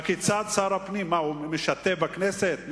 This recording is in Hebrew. הכיצד שר הפנים, מה, הוא משטה בכנסת?